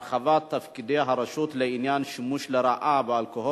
(הרכב ועדת שחרורים מיוחדת בעניין אסיר שנשפט בבית-משפט צבאי),